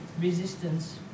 resistance